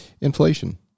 inflation